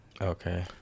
okay